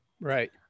right